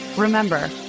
Remember